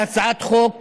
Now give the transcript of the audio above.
הצעת חוק